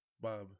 Bob